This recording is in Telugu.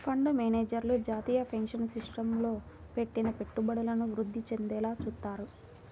ఫండు మేనేజర్లు జాతీయ పెన్షన్ సిస్టమ్లో పెట్టిన పెట్టుబడులను వృద్ధి చెందేలా చూత్తారు